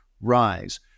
rise